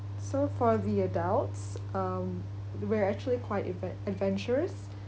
so for the adults um we're actually quite adven~ adventurous